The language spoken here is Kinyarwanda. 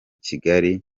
kigali